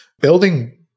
building